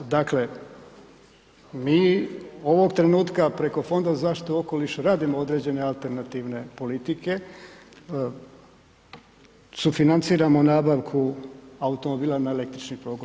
Dakle, mi ovog trenutka preko Fonda za zaštitu okoliša radimo određena alternativne politike, sufinanciramo nabavku automobila na električni pogon.